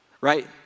right